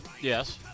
Yes